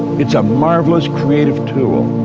it's a marvelous creative tool.